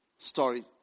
story